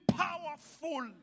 powerful